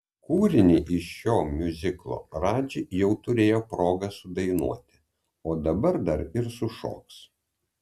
kūrinį iš šio miuziklo radži jau turėjo progą sudainuoti o dabar dar ir sušoks